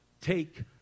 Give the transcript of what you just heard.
take